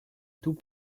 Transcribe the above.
tout